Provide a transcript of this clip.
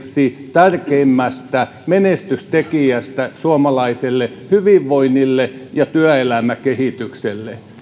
tärkeimmästä menestystekijästä suomalaiselle hyvinvoinnille ja työelämäkehitykselle